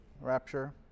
Rapture